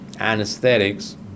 anesthetics